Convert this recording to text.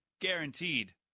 Guaranteed